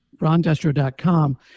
rondestro.com